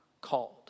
called